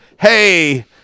hey